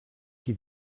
qui